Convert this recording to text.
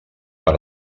per